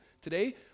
today